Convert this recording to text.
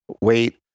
wait